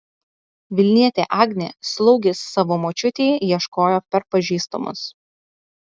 vilnietė agnė slaugės savo močiutei ieškojo per pažįstamus